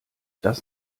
das